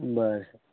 बरं